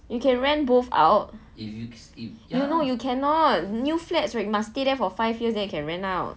you can rent both out no you cannot new flats you must stay there for five years then you can rent out